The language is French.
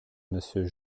monsieur